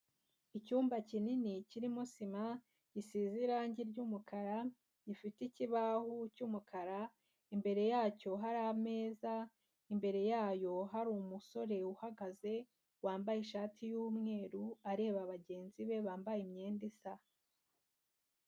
Icyumba kinini kirimo sima gisize irange ry'umukara, gifite ikibaho cy'umukara, imbere yacyo hari ameza, imbere yayo hari umusore uhagaze wambaye ishati y'umweru areba bagenzi be bambaye imyenda isa.